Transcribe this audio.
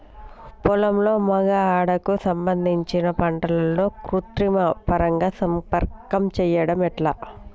పొలంలో మగ ఆడ కు సంబంధించిన పంటలలో కృత్రిమ పరంగా సంపర్కం చెయ్యడం ఎట్ల?